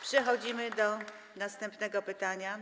Przechodzimy do następnego pytania.